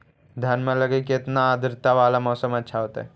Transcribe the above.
धनमा लगी केतना आद्रता वाला मौसम अच्छा होतई?